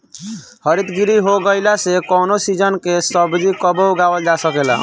हरितगृह हो गईला से कवनो सीजन के सब्जी कबो उगावल जा सकेला